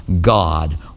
God